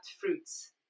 fruits